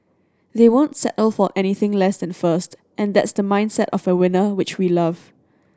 they won't settle for anything less and first and that's the mindset of a winner which we love